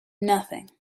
nothing